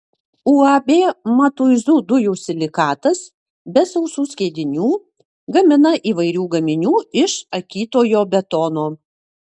uab matuizų dujų silikatas be sausų skiedinių gamina įvairių gaminių iš akytojo betono